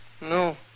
No